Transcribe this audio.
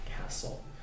castle